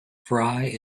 frye